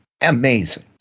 Amazing